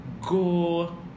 go